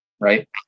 right